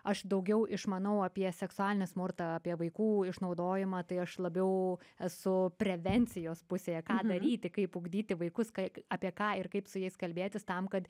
aš daugiau išmanau apie seksualinį smurtą apie vaikų išnaudojimą tai aš labiau esu prevencijos pusėje ką daryti kaip ugdyti vaikus ka apie ką ir kaip su jais kalbėtis tam kad